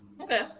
okay